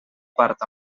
part